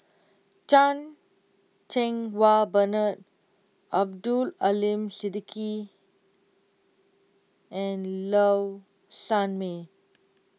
Chan Cheng Wah Bernard Abdul Aleem Siddique and Low Sanmay